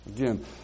Again